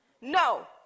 No